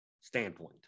Standpoint